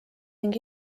ning